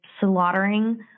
slaughtering